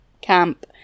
camp